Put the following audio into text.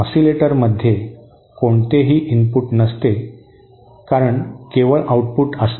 ओसीलेटरमध्ये कोणतेही इनपुट नसते कारण केवळ आउटपुट असते